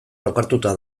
lokartuta